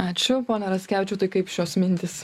ačiū pone raskevičiau tai kaip šios mintys